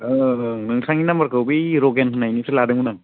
ओं नोंथांनि नाम्बारखौ बै रगेन होननायनिफ्राय लादोंमोन आं